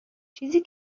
چیزی